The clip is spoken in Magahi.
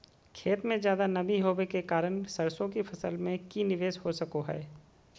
खेत में ज्यादा नमी होबे के कारण सरसों की फसल में की निवेस हो सको हय?